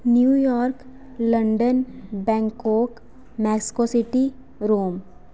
New York London Bangkok Mexico City Rome